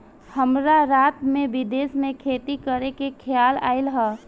हमरा रात में विदेश में खेती करे के खेआल आइल ह